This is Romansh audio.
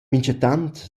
minchatant